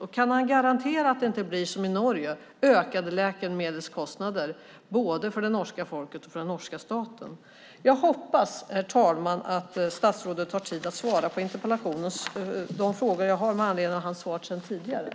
Och kan han garantera att det inte blir som i Norge, med ökade läkemedelskostnader för både det norska folket och den norska staten? Herr talman! Jag hoppas att statsrådet har tid att svara på de frågor jag har med anledning av hans svar på interpellationen.